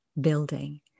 building